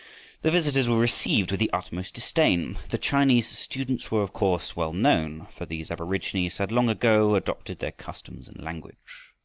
the visitors were received with the utmost disdain. the chinese students were of course well known, for these aborigines had long ago adopted their customs and language.